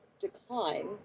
decline